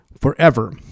forever